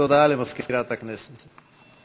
הודעה למזכירת הכנסת.